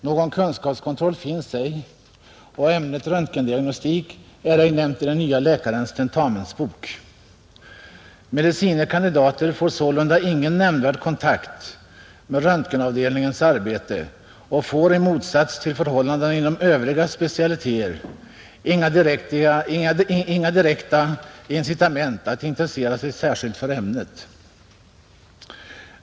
Någon kunskapskontroll finns inte, och ämnet röntgendiagnostik är inte nämnt i den nye läkarens tentamensbok, Medicine kandidater får sålunda ingen nämnvärd kontakt med röntgenavdelningens arbete och får — i motsats till vad som gäller inom övriga specialiteter — inga direkta incitament att intressera sig särskilt för ämnet.